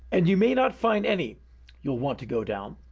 and you may not find any you'll want to go down.